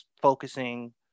focusing